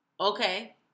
Okay